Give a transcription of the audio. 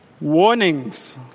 warnings